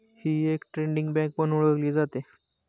ही एक trading bank म्हणून ओळखली जाते